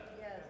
Yes